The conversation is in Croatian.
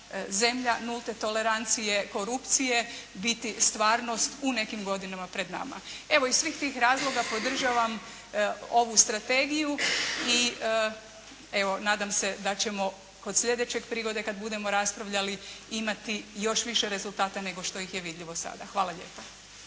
zemlja nulte tolerancije korupcije biti stvarnost u nekim godinama pred nama. Evo iz svih tih razloga podržavam ovu strategiju i evo nadam se da ćemo kod sljedeće prigode kad budemo raspravljali imati još više rezultata nego što ih je vidljivo sada. Hvala lijepa.